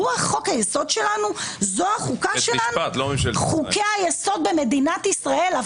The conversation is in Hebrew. ההשפעה של החוק הזה על המשפט הבינלאומי בכמה